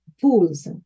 pools